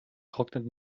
trocknet